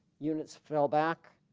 units fell back